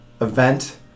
event